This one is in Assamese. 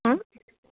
হাঁ